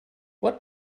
what